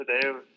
Today